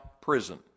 prison